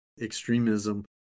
extremism